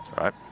right